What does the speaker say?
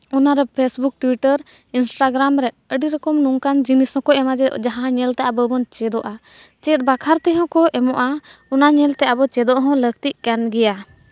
ᱚᱱᱟᱨᱮ Facebook Twitter Instagram ᱨᱮ ᱟᱹᱰᱤ ᱨᱚᱠᱚᱢ ᱱᱚᱝᱠᱟᱱ ᱡᱤᱱᱤᱥ ᱦᱚᱸᱠᱚ ᱮᱢᱟ ᱡᱮ ᱡᱟᱦᱟᱸ ᱧᱮᱞ ᱛᱮ ᱟᱵᱚ ᱦᱚᱸᱵᱚᱱ ᱪᱮᱫᱚᱜᱼᱟ ᱪᱮᱫ ᱵᱟᱠᱷᱨᱟ ᱛᱮᱦᱚᱸ ᱠᱚ ᱮᱢᱚᱜᱼᱟ ᱚᱱᱟ ᱧᱮᱞ ᱛᱮ ᱟᱵᱚ ᱪᱮᱫᱚᱜ ᱦᱚᱸ ᱞᱟᱹᱠᱛᱤᱜ ᱠᱟᱱ ᱜᱮᱭᱟ